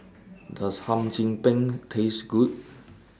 Does Hum Chim Peng Taste Good